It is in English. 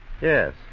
Yes